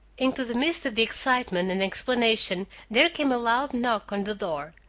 into the midst of the excitement and explanations there came a loud knock on the door,